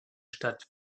statt